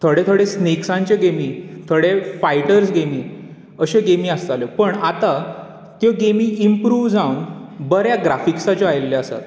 थोडे थोडे स्नॅक्सांच्यो गॅमी थोडे फायटर्स गॅमी अशो गॅमी आसताल्यो पूण आतां त्यो गॅमी इंप्रूव जावन बऱ्या ग्राफिक्साच्यो आयिल्ल्यो आसात